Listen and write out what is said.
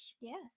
yes